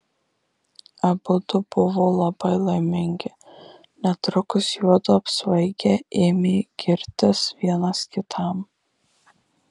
abudu buvo labai laimingi netrukus juodu apsvaigę ėmė girtis vienas kitam